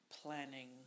planning